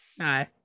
hi